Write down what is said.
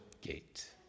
gate